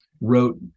wrote